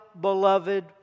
beloved